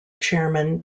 chairman